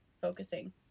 focusing